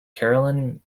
carolyn